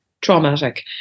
traumatic